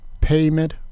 payment